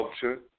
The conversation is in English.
culture